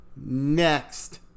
Next